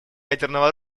ядерного